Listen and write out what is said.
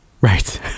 Right